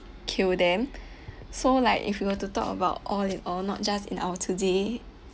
kill them so like if you were to talk about all in or not just in our today